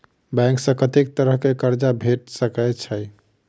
Bank सऽ कत्तेक तरह कऽ कर्जा भेट सकय छई?